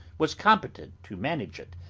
was competent to manage it,